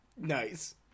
Nice